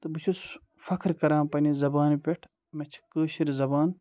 تہٕ بہٕ چھُس فخر کَران پنٛنہِ زبانہِ پٮ۪ٹھ مےٚ چھِ کٲشٕر زبان